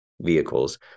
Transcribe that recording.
vehicles